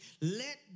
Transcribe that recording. let